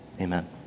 amen